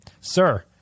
Sir